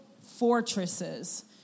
fortresses